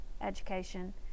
education